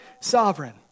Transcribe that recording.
sovereign